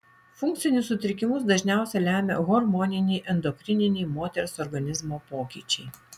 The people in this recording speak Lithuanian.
funkcinius sutrikimus dažniausiai lemia hormoniniai endokrininiai moters organizmo pokyčiai